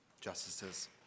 Justices